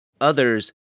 Others